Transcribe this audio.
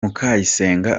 mukayisenga